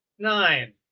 nine